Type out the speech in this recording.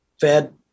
Fed